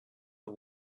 the